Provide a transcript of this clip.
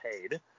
paid